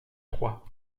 trois